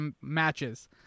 matches